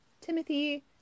Timothy